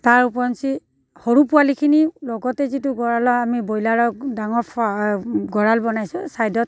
তাৰ ওপৰঞ্চি সৰু পোৱালিখিনি লগতে যিটো গঁৰালৰ আমি ব্ৰইলাৰৰ ডাঙৰ গঁৰাল বনাইছোঁ ছাইডত